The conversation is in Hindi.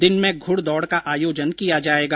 दिन में घुड़दौड़ का आयोजन किया जाएगा